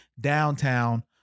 Downtown